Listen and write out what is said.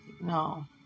No